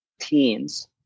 teens